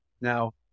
now